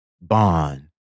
bond